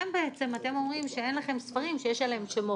אתם אומרים שאין לכם ספרים שיש עליהם שמות,